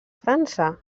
frança